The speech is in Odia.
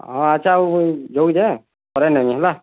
ହଁ ଆଚ୍ଛା ହଉ ଯାଉଛେଁ ପରେ ନେମି ହେଲା